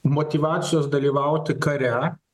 motyvacijos dalyvauti kare